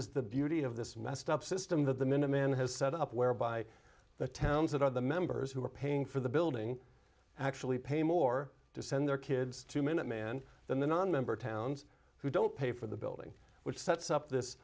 is the beauty of this messed up system that the minuteman has set up whereby the towns that are the members who are paying for the building actually pay more to send their kids to minutemen than the nonmember towns who don't pay for the building which sets up this